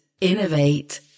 innovate